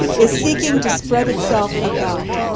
is seeking to spread itself about.